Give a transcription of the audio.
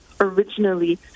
originally